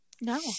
No